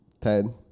Ten